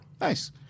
Nice